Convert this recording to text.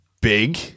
big